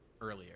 earlier